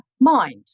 mind